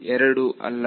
ಎರಡು ಅಲ್ಲವೇ